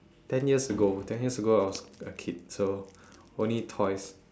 ten years ago ten years ago I was a kid so only toys